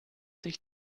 sich